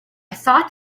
thought